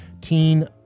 teen